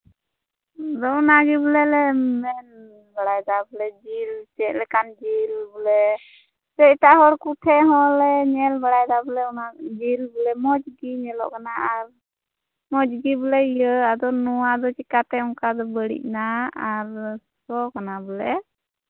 ᱟᱫᱚ ᱚᱱᱟ ᱜᱮ ᱵᱚᱞᱮ ᱞᱮ ᱢᱮᱱ ᱵᱟᱲᱟᱭᱫᱟ ᱵᱚᱞᱮ ᱡᱤᱞ ᱪᱮᱫᱞᱮᱠᱟᱱ ᱡᱤᱞ ᱵᱚᱞᱮ ᱥᱮ ᱮᱴᱟᱜ ᱦᱚᱲ ᱠᱚ ᱴᱷᱮᱱ ᱦᱚᱸᱞᱮ ᱧᱮᱞ ᱵᱟᱲᱟᱭᱫᱟ ᱵᱚᱞᱮ ᱡᱤᱞ ᱵᱚᱞᱮ ᱢᱚᱡᱽ ᱜᱮ ᱧᱮᱞᱚᱜ ᱠᱟᱱᱟ ᱟᱨ ᱢᱚᱡᱽ ᱜᱮ ᱵᱚᱞᱮ ᱤᱭᱟᱹ ᱟᱫᱚ ᱱᱚᱣᱟ ᱫᱚ ᱪᱮᱠᱟᱛᱮ ᱚᱝᱠᱟ ᱫᱚ ᱵᱟᱹᱲᱤᱡ ᱱᱟ ᱟᱨ ᱥᱚ ᱠᱟᱱᱟ ᱵᱚᱞᱮ